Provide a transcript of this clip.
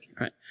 right